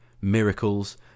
miracles